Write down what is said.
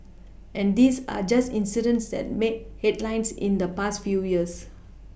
and these are just incidents that made headlines in the past few years